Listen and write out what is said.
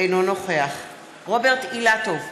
אינו נוכח רוברט אילטוב,